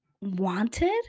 wanted